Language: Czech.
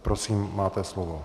Prosím, máte slovo.